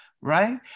right